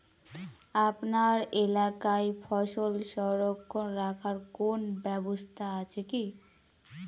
আপনার এলাকায় ফসল সংরক্ষণ রাখার কোন ব্যাবস্থা আছে কি?